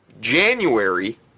January